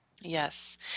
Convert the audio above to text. Yes